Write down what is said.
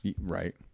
Right